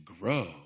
grow